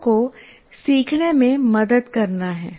लोगों को सीखने में मदद करना है